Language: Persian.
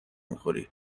میخوری